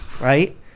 Right